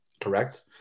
correct